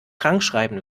krankschreiben